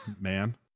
Man